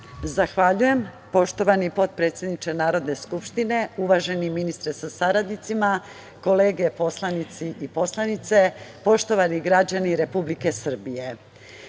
Zahvaljujem. Poštovani potpredsedniče Narodne skupštine, uvaženi ministre sa saradnicima, kolege poslanici i poslanice, poštovani građani Republike Srbije,